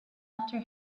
after